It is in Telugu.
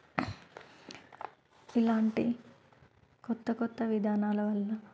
ఇలాంటి కొత్త కొత్త విధానాల వలన